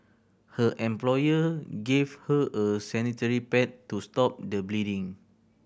her employer gave her a sanitary pad to stop the bleeding